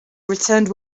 returned